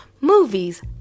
movies